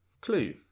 Clue